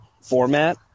format